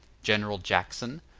general jackson,